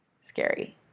scary